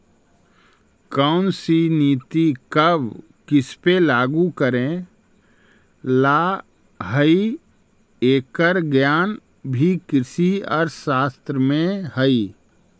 कौनसी नीति कब किसपे लागू करे ला हई, एकर ज्ञान भी कृषि अर्थशास्त्र में हई